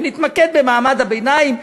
ונתמקד במעמד הביניים,